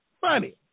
funny